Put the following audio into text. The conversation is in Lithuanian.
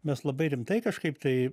mes labai rimtai kažkaip tai